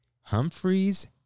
Humphreys